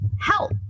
help